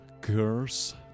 curse